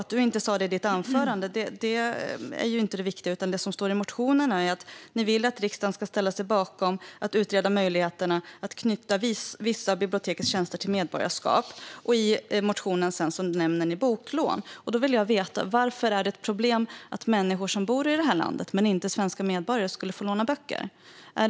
Att du inte sa detta i ditt anförande är inte det viktiga, utan det är vad som står i motionen, nämligen att ni vill att riksdagen ska ställa sig bakom att utreda möjligheterna att knyta vissa av bibliotekets tjänster till medborgarskap. I motionen nämner ni boklån. Då vill jag veta: Varför är det ett problem att människor som bor i detta land men inte är svenska medborgare får låna böcker?